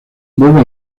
vuelve